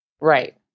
Right